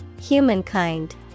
Humankind